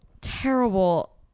terrible